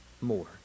more